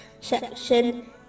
section